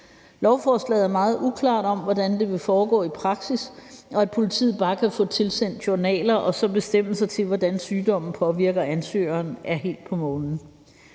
Lovforslaget er meget uklart, i forhold til hvordan det vil foregå i praksis. At politiet bare kan få tilsendt journaler og så bestemme sig til, hvordan sygdommen påvirker ansøgeren, er helt på månen.